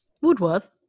Woodworth